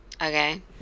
Okay